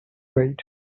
rate